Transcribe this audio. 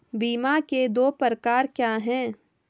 बीमा के दो प्रकार क्या हैं?